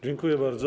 Dziękuję bardzo.